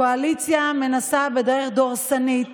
הקואליציה מנסה בדרך דורסנית